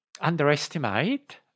underestimate